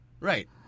Right